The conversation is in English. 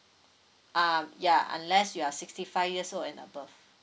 uh yeah unless you are sixty five years old and above